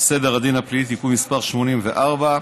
סדר הדין הפלילי (תיקון מס' 84)